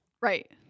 Right